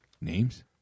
names